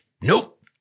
Nope